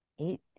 eight